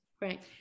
right